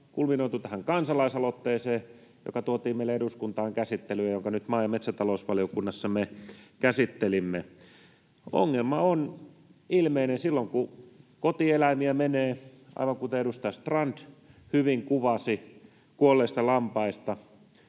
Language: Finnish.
kulminoitui tähän kansalaisaloitteeseen, joka tuotiin meille eduskuntaan käsittelyyn ja jonka nyt maa‑ ja metsätalousvaliokunnassa me käsittelimme. Ongelma on ilmeinen silloin, kun kotieläimiä menee, aivan kuten edustaja Strand hyvin kuvasi kuolleita lampaita,